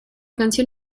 canción